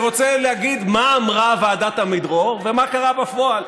להגיד מה אמרה ועדת עמידרור ומה קרה בפועל.